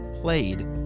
played